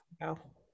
No